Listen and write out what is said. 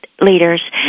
leaders